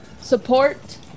Support